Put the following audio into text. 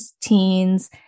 teens